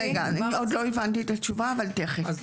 רגע, אני עוד לא הבנתי את התשובה, אבל תיכף.